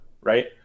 right